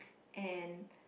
and